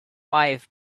five